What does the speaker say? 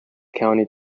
county